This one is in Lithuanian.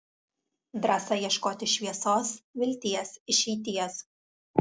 drąsa ieškoti šviesos vilties išeities